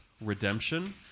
redemption